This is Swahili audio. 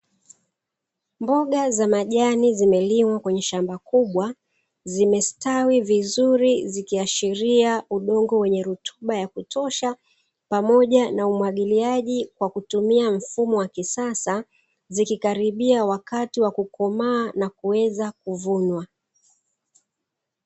Mboga za majani zimelimwa kwenye shamba kubwa, zimestawi vizuri zikiashiria udongo wenye rutuba ya kutosha pamoja na umwagiliaji kwa kutumia mfumo wa kisasa, zikikaribia wakati wa kukomaa na kuweza kuvunwa.